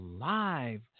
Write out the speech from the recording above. live